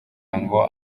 ngo